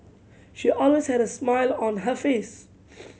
she always had a smile on her face